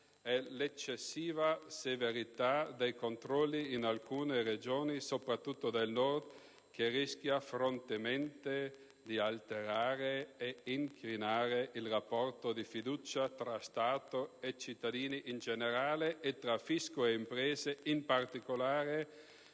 è l'eccessiva severità dei controlli in alcune Regioni, soprattutto del Nord, che rischia fortemente di alterare ed incrinare il rapporto di fiducia tra Stato e cittadini in generale e tra fisco ed imprese in particolare,